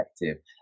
effective